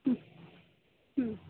ಹ್ಞೂ ಹ್ಞೂ